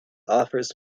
offers